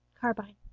carbine